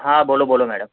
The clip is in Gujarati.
હા બોલો બોલો મેડમ